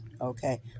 Okay